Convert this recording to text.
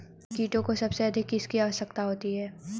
कीटों को सबसे अधिक किसकी आवश्यकता होती है?